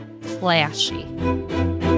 flashy